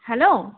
hello